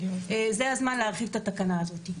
זה הזמן להרחיב את התקנה הזאת.